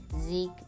Zeke